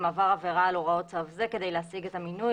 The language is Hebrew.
אם עבר עבירה על הוראות צו זה כדי להשיג את המינוי,